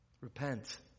Repent